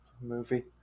movie